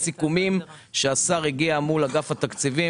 אלה סיכומים שהשר הגיע אליהם מול אגף התקציבים